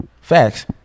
Facts